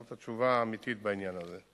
זו התשובה האמיתית בעניין הזה.